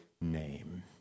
name